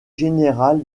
général